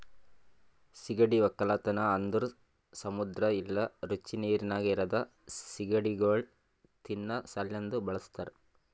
ಸೀಗಡಿ ಒಕ್ಕಲತನ ಅಂದುರ್ ಸಮುದ್ರ ಇಲ್ಲಾ ರುಚಿ ನೀರಿನಾಗ್ ಇರದ್ ಸೀಗಡಿಗೊಳ್ ತಿನ್ನಾ ಸಲೆಂದ್ ಬಳಸ್ತಾರ್